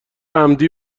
عمدی